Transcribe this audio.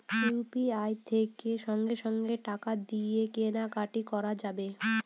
UPI থেকে সঙ্গে সঙ্গে টাকা দিয়ে কেনা কাটি করা যাবে